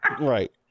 right